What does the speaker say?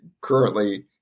currently